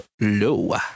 low